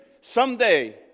someday